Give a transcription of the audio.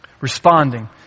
responding